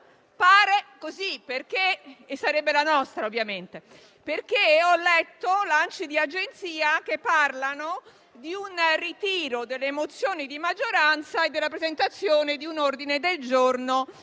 rimarrà una sola: sarebbe la nostra, ovviamente. Ho letto, infatti, lanci di agenzia che parlano di un ritiro delle mozioni di maggioranza e della presentazione di un ordine del giorno